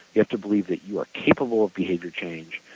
you have to believe that you are capable of behavior change.